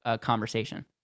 Conversation